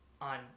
on